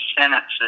sentences